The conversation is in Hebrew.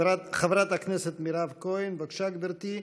חברת הכנסת מירב כהן, בבקשה, גברתי.